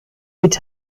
mit